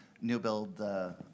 new-build